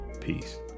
peace